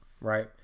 right